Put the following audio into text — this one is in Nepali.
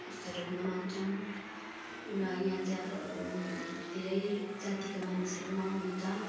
यस्तोहरू मनाउँछौँ र यहाँ चाहिँ अब धेरै जातिका मानिसहरू आउनु हुन्छ